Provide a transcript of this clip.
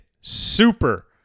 super